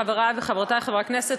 חברי וחברותי חברי הכנסת,